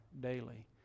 daily